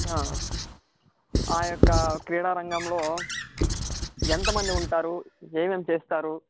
ఆ యొక్క క్రీడా రంగంలో ఎంతమంది ఉంటారు ఏమేమి చేస్తారు